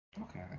Okay